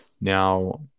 Now